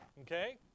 Okay